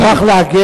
אני מוכרח להגן,